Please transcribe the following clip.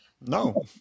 No